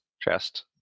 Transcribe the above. chest